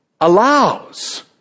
allows